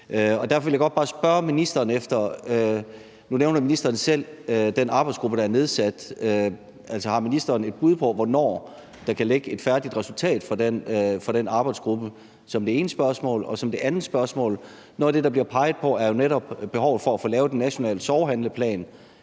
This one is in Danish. den arbejdsgruppe, der er nedsat, så har ministeren et bud på, hvornår der kan ligge et færdigt resultat fra den arbejdsgruppe? Det er det ene spørgsmål. Det andet spørgsmål går på, at noget af det, der bliver peget på, jo netop er behovet for at få lavet en national sorghandleplan,